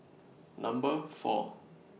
Number four